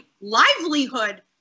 livelihood